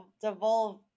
devolve